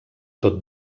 tot